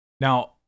Now